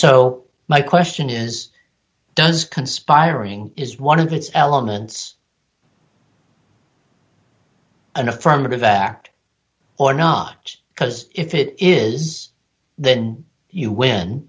so my question is does conspiring is one of its elements an affirmative act or not because if it is then you win